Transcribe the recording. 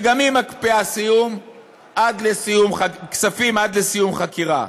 שגם היא מקפיאה כספים עד לסיום חקירה.